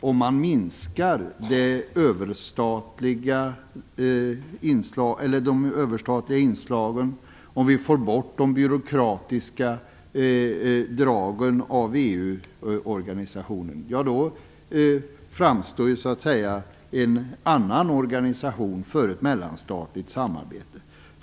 Om man minskar de överstatliga inslagen och får bort de byråkratiska dragen hos EU-organisationen framstår ju en annan organisation för ett mellanstatligt samarbete.